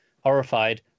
horrified